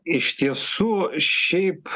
iš tiesų šiaip